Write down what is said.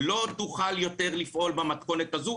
לא תוכל יותר לפעול במתכונת הזו,